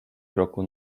kroku